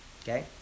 Okay